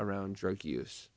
around drug use